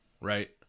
right